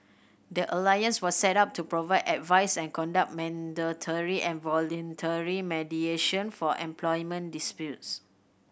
the alliance was set up to provide advice and conduct mandatory and voluntary mediation for employment disputes